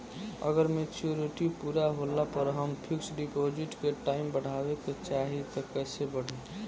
अगर मेचूरिटि पूरा होला पर हम फिक्स डिपॉज़िट के टाइम बढ़ावे के चाहिए त कैसे बढ़ी?